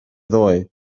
ddoe